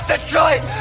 Detroit